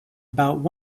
about